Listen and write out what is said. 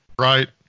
Right